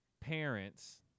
parents